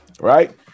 right